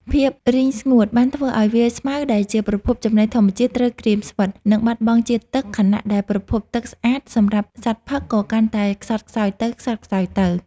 ភាពរីងស្ងួតបានធ្វើឱ្យវាលស្មៅដែលជាប្រភពចំណីធម្មជាតិត្រូវក្រៀមស្វិត និងបាត់បង់ជាតិទឹក ខណៈដែលប្រភពទឹកស្អាតសម្រាប់សត្វផឹកក៏កាន់តែខ្សត់ខ្សោយទៅៗ។